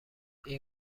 این